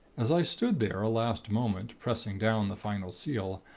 as i stood there a last moment, pressing down the final seal,